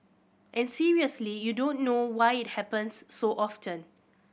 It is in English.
and seriously you don't know why it happens so often